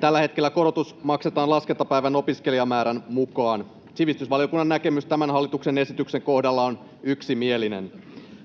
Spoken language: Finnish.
Tällä hetkellä korotus maksetaan laskentapäivän opiskelijamäärän mukaan. Sivistysvaliokunnan näkemys tämän hallituksen esityksen kohdalla on yksimielinen.